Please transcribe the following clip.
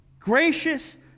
gracious